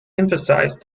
emphasized